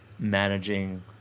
managing